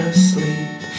asleep